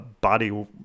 body